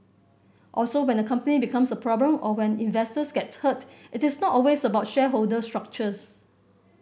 also when a company becomes a problem or when investors get hurt it is not always about shareholder structures